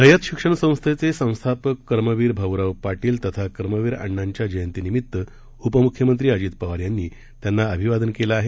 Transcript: रयत शिक्षण संस्थेचे संस्थापक कर्मवीर भाऊराव पाटील तथा कर्मवीर अण्णांच्या जयंतीनिमित्त उपमुख्यमंत्री अजित पवार यांनी त्यांना अभिवादन केले आहे